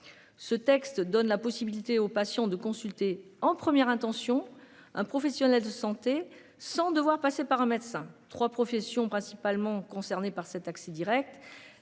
Ce texte donne la possibilité aux patients de consulter en première intention un professionnel de santé sans devoir passer par un médecin 3 professions principalement concernés par cet accès Direct.